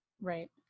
Right